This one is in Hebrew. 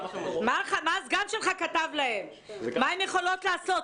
מה הסגן שלך כתב להן לגבי מה שהן יכולות לעשות?